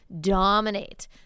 dominate